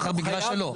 המגרש שלו.